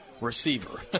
receiver